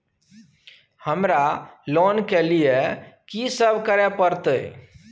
हमरा लोन के लिए की सब करे परतै?